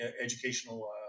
educational